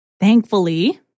Thankfully